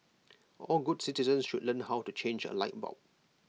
all good citizens should learn how to change A light bulb